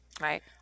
right